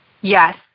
Yes